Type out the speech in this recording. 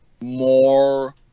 more